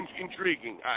intriguing